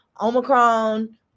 Omicron